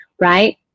Right